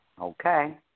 Okay